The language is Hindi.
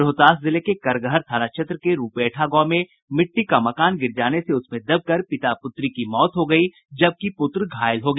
रोहतास जिले के करगहर थाना क्षेत्र के रूपेठा गांव में मिटटी का मकान गिर जाने से उसमें दबकर पिता पुत्री की मौत हो गयी जबकि पुत्र घायल हो गया